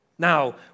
Now